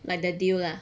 like the deal lah